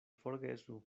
forgesu